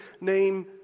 name